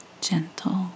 gentle